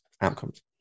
outcomes